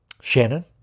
Shannon